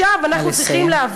נא לסיים.